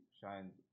shines